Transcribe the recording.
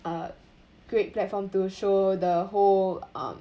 uh great platform to show the whole um